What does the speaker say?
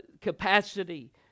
capacity